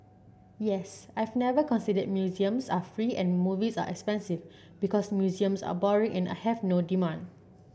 yes I've never considered museums are free and movies are expensive because museums are boring and have no demand